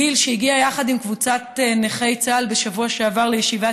גיל הגיע יחד עם קבוצת נכי צה"ל בשבוע שעבר לישיבת